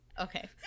okay